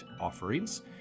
offerings